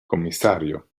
commissario